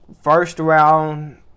first-round